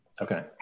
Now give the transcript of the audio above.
okay